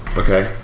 okay